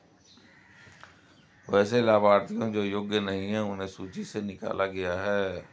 वैसे लाभार्थियों जो योग्य नहीं हैं उन्हें सूची से निकला गया है